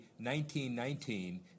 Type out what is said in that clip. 1919